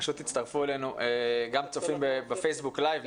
פשוט הצטרפו אלינו גם צופים בפייסבוק לייב.